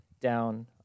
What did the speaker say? down